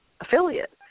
affiliate